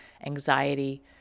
anxiety